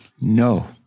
No